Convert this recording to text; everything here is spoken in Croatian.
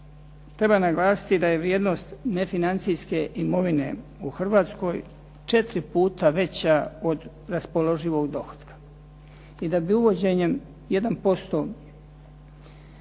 treba naglasiti da je vrijednost nefinancijske imovine u Hrvatskoj četiri puta veća od raspoloživog dohotka i da bi uvođenjem 1%